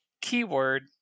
keyword